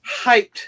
hyped